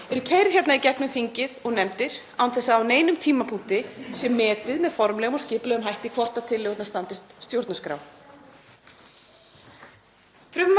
eru keyrð hérna í gegnum þingið og nefndir án þess að á neinum tímapunkti sé metið með formlegum og skipulögðum hætti hvort tillögurnar standist stjórnarskrá.